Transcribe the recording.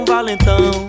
Valentão